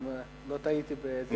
אני לא טעיתי בדבריך?